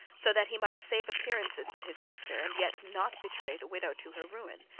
so that he might save appearances with his sister, and yet not betray the widow to her ruin?